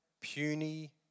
puny